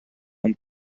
vom